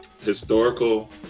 historical